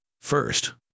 First